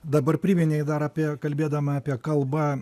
dabar priminei dar apie kalbėdama apie kalbą